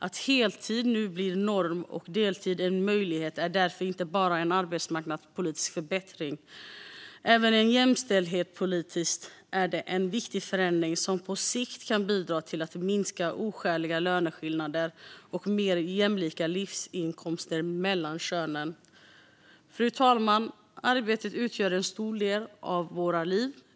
Att heltid nu blir norm och deltid en möjlighet är därför inte bara en arbetsmarknadspolitisk förbättring; även jämställdhetspolitiskt är det en viktig förändring som på sikt kan bidra till att minska oskäliga löneskillnader och skapa mer jämlika livsinkomster mellan könen. Fru talman! Arbetet utgör en stor del av våra liv.